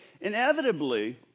inevitably